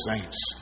saints